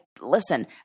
listen